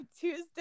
Tuesday